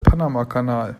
panamakanal